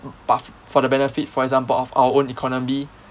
but for the benefit for example of our own economy